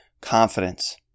confidence